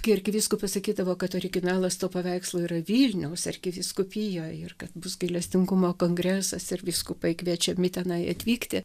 kai arkivyskupas sakydavo kad originalas to paveikslo yra vilniaus arkivyskupijoj ir kad bus gailestingumo kongresas ir vyskupai kviečiami tenai atvykti